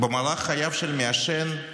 במהלך חייו של מעשן,